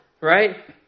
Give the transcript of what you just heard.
right